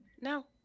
No